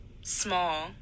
small